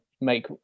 make